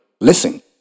Listen